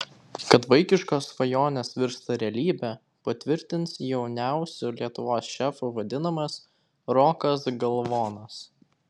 kad vaikiškos svajonės virsta realybe patvirtins jauniausiu lietuvos šefu vadinamas rokas galvonas